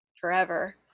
forever